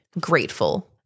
grateful